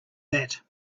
that